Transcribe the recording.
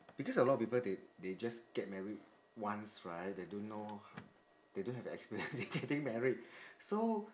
because a lot of people they they just get married once right they don't know they don't have the experience in getting married so